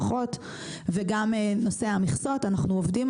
אנחנו עובדים על זה אבל הסוגיה הברורה לנו,